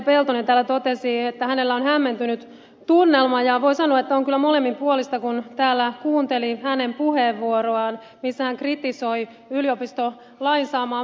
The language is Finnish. peltonen täällä totesi että hänellä on hämmentynyt tunnelma ja voi sanoa että se on kyllä molemminpuolista kun täällä kuunteli hänen puheenvuoroaan missä hän kritisoi yliopistolain saamaa muotoa